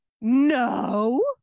No